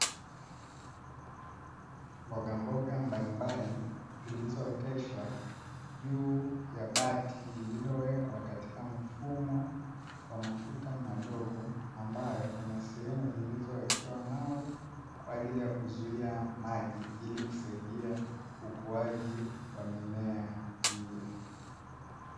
Mboga mboga mbalimbali zilizooteshwa juu ya bati lililowekwa katika mfumo wa matuta madogo, ambayo kuna sehem zilizowekewa mawe kwaajiri ya kuzuia maji, ili kusahidia ukuaji wa mimea hio.